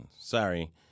Sorry